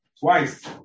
twice